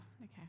Okay